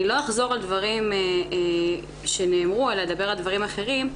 אני לא אחזור על דברים שנאמרו אלא אומר דברים אחרים.